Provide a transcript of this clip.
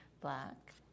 black